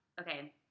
Okay